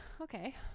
okay